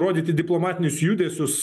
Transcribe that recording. rodyti diplomatinius judesius